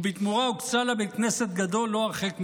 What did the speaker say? ובתמורה הוקצה לה בית כנסת גדול לא הרחק משם.